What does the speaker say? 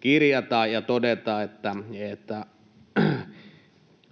kirjata ja todeta, että